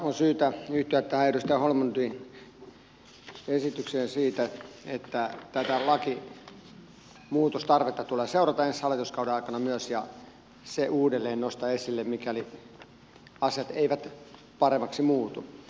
on syytä yhtyä tähän edustaja holmlundin esitykseen siitä että tätä lakimuutostarvetta tulee seurata myös ensi hallituskauden aikana ja uudelleen nostaa se esille mikäli asiat eivät paremmaksi muutu